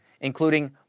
including